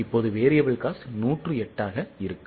இப்போது variable cost 108 ஆக இருக்கும்